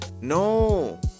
No